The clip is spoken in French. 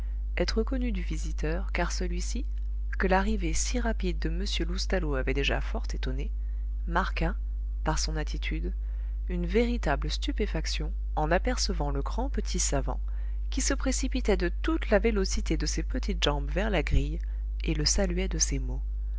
être connus du visiteur car celui-ci que l'arrivée si rapide de m loustalot avait déjà fort étonné marqua par son attitude une véritable stupéfaction en apercevant le grand petit savant qui se précipitait de toute la vélocité de ses petites jambes vers la grille et le saluait de ces mots